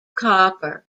copper